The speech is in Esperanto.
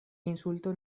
insulto